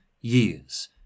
years